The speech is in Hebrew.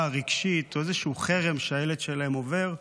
רגשית או איזשהו חרם שהילד שלהם עובר,